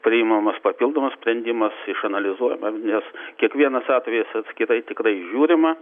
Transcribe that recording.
priimamas papildomas sprendimas išanalizuojame nes kiekvienas atvejis atskirai tikrai žiūrima